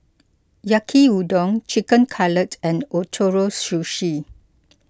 Yaki Udon Chicken Cutlet and Ootoro Sushi